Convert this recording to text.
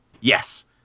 Yes